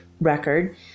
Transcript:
record